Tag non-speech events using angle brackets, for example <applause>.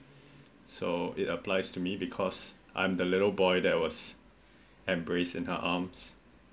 <breath> so it applies to me because I'm the little boy that was embraced in her arms